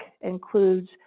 includes